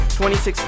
26%